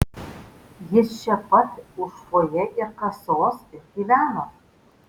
jis čia pat už fojė ir kasos ir gyveno